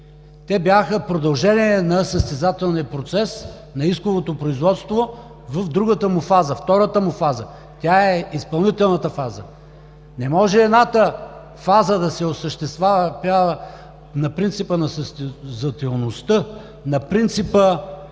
съдии –продължение на състезателния процес, на исковото производство в другата му, втората му фаза. Тя е изпълнителната фаза. Не може едната фаза да се осъществява на принципа на състезателността, на принципа